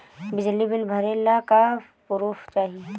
बिजली बिल भरे ला का पुर्फ चाही?